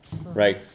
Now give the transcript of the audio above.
right